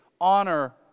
honor